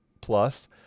plus